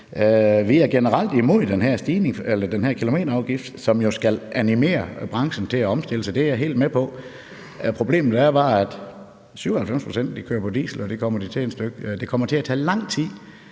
Vi er generelt imod den her kilometerafgift, som jo skal animere branchen til at omstille sig. Det er jeg helt med på at den skal. Problemet er bare, at 97 pct. kører på diesel, og det kommer til at tage lang tid,